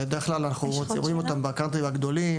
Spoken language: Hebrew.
בדרך כלל אנחנו רואים אותם בקאנטרי הגדולים.